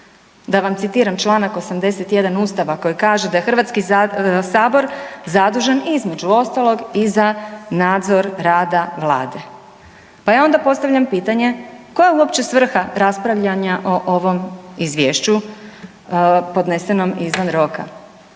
Da vam citiram članak 81. Ustava koji kaže da je Hrvatski sabor zadužen između ostalog i za nadzor rada Vlade. Pa ja onda postavljam pitanje koja je uopće svrha raspravljanja o ovom Izvješću podnesenom izvan roka,